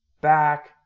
back